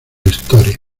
historia